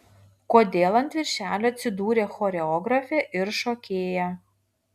kodėl ant viršelio atsidūrė choreografė ir šokėja